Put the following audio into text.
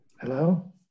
Hello